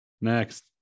Next